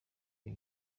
bya